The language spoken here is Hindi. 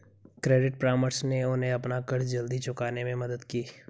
क्रेडिट परामर्श ने उन्हें अपना कर्ज जल्दी चुकाने में मदद की